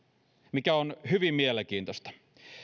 mikä on hyvin mielenkiintoista